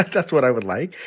that's what i would like,